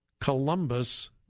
Columbus